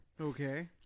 Okay